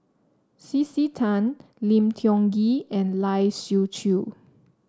C C Tan Lim Tiong Ghee and Lai Siu Chiu